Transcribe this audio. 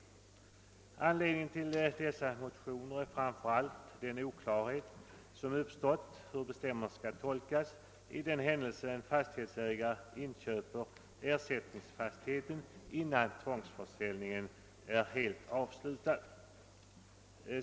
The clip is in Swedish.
Anledningen till dessa motioner är framför allt att oklarhet uppstått hur bestämmelserna skall tolkas i den händelse en fastighetsägare inköper ersättningsfastigheten, innan tvångsförsäljningen är helt avslutad.